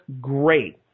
great